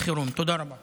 תקשיבי טוב,